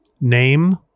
Name